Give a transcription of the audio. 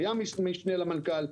שהיה משנה למנכ"ל,